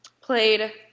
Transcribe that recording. played –